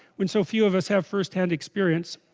when so few of us have first-hand experience